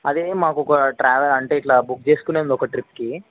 అదీ మాకు ఒక ట్రావెల్ అంటే ఇట్లా బుక్ చేసుకునేది ఉంది ఒక ట్రిప్కి